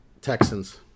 Texans